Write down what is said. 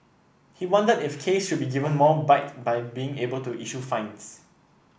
he wondered if case should be given more bite by being able to issue fines